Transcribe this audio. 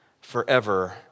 forever